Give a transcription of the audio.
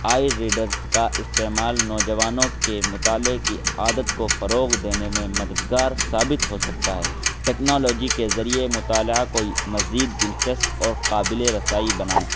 آئی readers کا استعمال نوجوانوں کے مطالعے کی عادت کو فروغ دینے میں مددگار ثابت ہو سکتا ہے ٹیکنالوجی کے ذریعے مطالعہ کو مزید دلچسپ اور قابل رسائی بنائیں